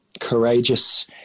courageous